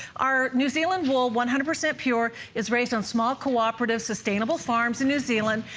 are new zealand wool, one hundred percent pure, is raised on small cooperative sustainable farms and new zealand,